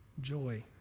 joy